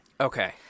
Okay